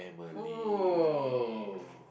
cool